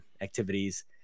activities